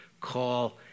call